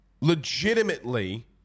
legitimately